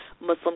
Muslim